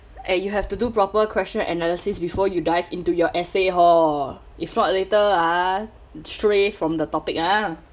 eh you have to do proper question analysis before you dive into your essay hor if not later ah stray from the topic ah